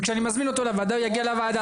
וכשאני מזמין אותו לוועדה הוא יגיע לוועדה,